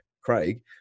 Craig